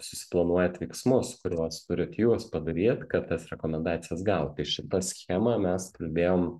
susiplanuojat veiksmus kuriuos turit jūs padaryt kad tas rekomendacijas gaut tai šita schema mes kalbėjom